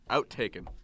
Outtaken